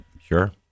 Sure